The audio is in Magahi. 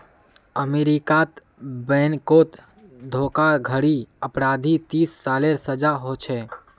अमेरीकात बैनकोत धोकाधाड़ी अपराधी तीस सालेर सजा होछे